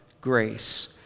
grace